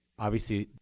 obviously,